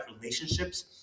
relationships